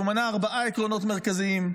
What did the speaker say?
והוא מנה ארבעה עקרונות מרכזיים: